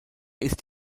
ist